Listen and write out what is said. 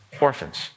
orphans